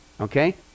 okay